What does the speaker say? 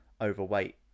overweight